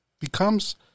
becomes